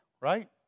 right